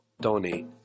donate